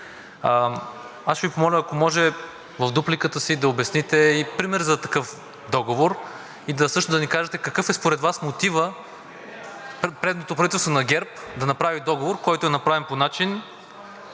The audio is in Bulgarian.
Аз ще Ви помоля, ако може, в дупликата си да дадете пример за такъв договор и също да ни кажете какъв е, според Вас, мотивът предното правителство на ГЕРБ да има договор, който е направен по начин